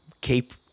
keep